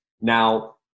Now